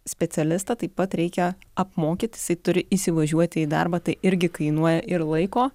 specialistą taip pat reikia apmokyt jisai turi įsivažiuoti į darbą tai irgi kainuoja ir laiko